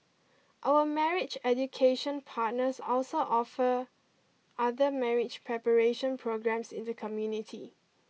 our marriage education partners also offer other marriage preparation programmes in the community